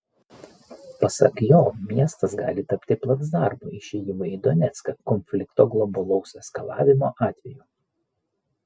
pasak jo miestas gali tapti placdarmu išėjimui į donecką konflikto globalaus eskalavimo atveju